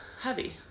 Heavy